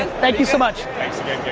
and thank you so much! thanks again, gary!